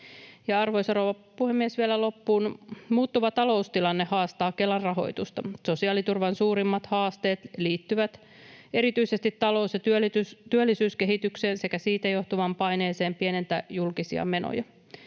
Arvoisa rouva puhemies! Vielä loppuun: Muuttuva taloustilanne haastaa Kelan rahoitusta. Sosiaaliturvan suurimmat haasteet liittyvät erityisesti talous- ja työllisyyskehitykseen sekä siitä johtuvaan paineeseen pienentää julkisia menoja.